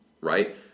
right